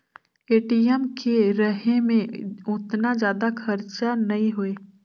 ATM के रहें मे ओतना जादा खरचा नइ होए